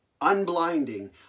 unblinding